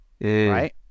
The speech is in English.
right